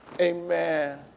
amen